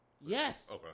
Yes